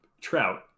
trout